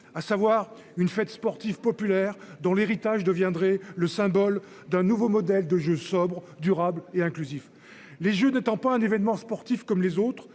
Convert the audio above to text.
à savoir une fête sportive populaire dont l'héritage deviendrait le symbole d'un nouveau modèle de jeu sobre durable et inclusif, les jeux n'étant pas un événement sportif comme les autres.